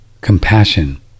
compassion